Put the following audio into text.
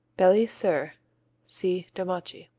beli sir see domaci.